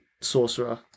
Sorcerer